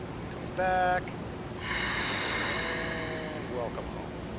it comes back and welcome home.